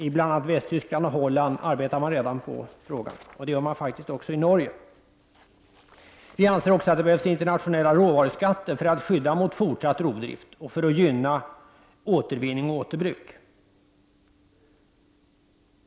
I bl.a. Västtyskland och Holland liksom även i Norge arbetar man redan med denna fråga. Vi anser också att det behövs internationella råvaruskatter för att skydda mot fortsatt rovdrift och för att gynna återvinning och återbruk.